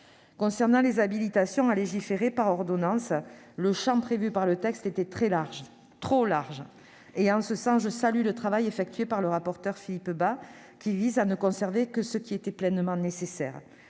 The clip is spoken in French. Concernant les habilitations à légiférer par ordonnances, le champ prévu par le texte était très large, trop large. Aussi, je salue le travail effectué par le rapporteur Philippe Bas, qui vise à ne conserver que ce qui est pleinement nécessaire.